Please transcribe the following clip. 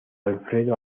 alfredo